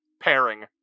pairing